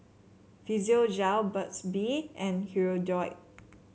Physiogel Burt's Bee and Hirudoid